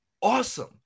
awesome